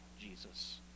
Jesus